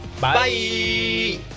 Bye